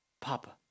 Papa